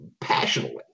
passionately